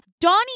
Donnie